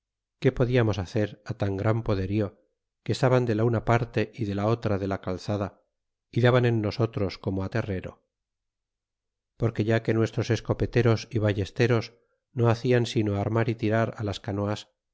qué podíamos hacer tan gran poderío que estaban de la una parte y de la otra de la calzada y daban en nosotros como lt terrero porque ya que nuestros escopeteros y ballesteros no hacian sino armar y tirar lt las canoas